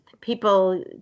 people